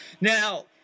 Now